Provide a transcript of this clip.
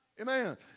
Amen